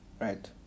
right